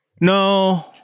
No